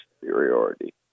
superiority